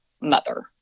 mother